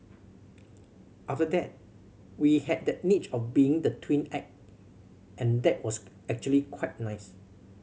after that we had that niche of being the twin act and that was actually quite nice